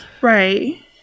Right